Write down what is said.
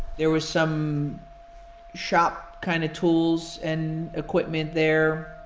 there was some shop kind of tools and equipment there.